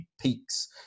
peaks